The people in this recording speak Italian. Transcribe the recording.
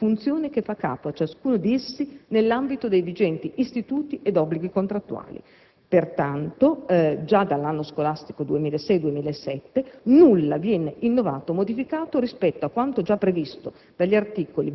facendone una funzione che fa capo a ciascuno di essi nell'ambito dei vigenti istituti ed obblighi contrattuali. Pertanto, già dall'anno scolastico 2006‑2007 nulla viene innovato o modificato rispetto a quanto già previsto